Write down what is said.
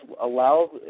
allow